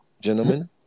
Gentlemen